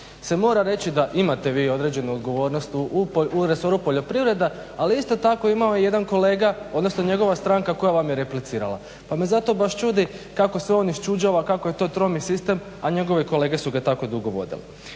se mora reći da imate vi određenu odgovornost u resoru poljoprivreda, ali isto tako imao je jedan kolega, odnosno njegova stranka koja vam je replicirala. Pa me zato baš čudi kako se on iščuđava kako je to tromi sistem, a njegove kolege su ga tako dugo vodile.